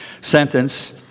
sentence